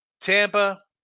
Tampa